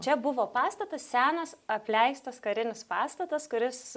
čia buvo pastatas senas apleistas karinis pastatas kuris